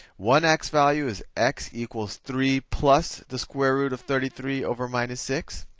one x value is x equals three plus the square root of thirty three over minus six.